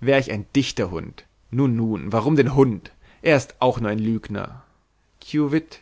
wär ich ein dichterhund nun nun warum denn hund er ist auch nur ein lügner kiu witt